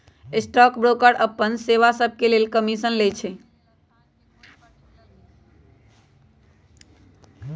stock broker अप्पन सेवा सभके लेल कमीशन लइछइ